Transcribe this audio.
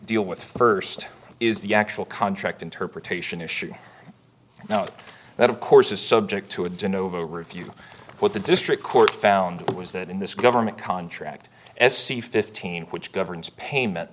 deal with first is the actual contract interpretation issue not that of course is subject to a don't over review what the district court found was that in this government contract s c fifteen which governs payment